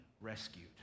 rescued